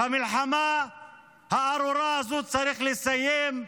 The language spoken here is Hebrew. את המלחמה הארורה הזאת צריך לסיים,